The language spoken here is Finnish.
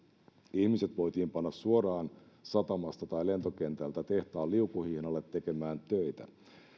ihmiset voitiin panna suoraan satamasta tai lentokentältä tehtaan liukuhihnalle tekemään töitä